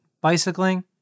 Bicycling